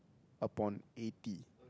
upon eighty